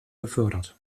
gefördert